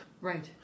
Right